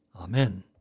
Amen